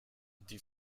die